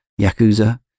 Yakuza